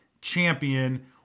Champion